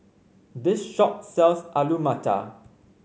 this shop sells Alu Matar